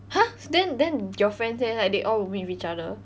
!huh! then then your friends say like they all will meet with each other